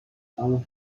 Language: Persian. تموم